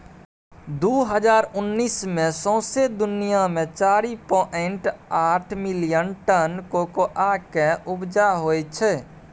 दु हजार उन्नैस मे सौंसे दुनियाँ मे चारि पाइंट आठ मिलियन टन कोकोआ केँ उपजा होइ छै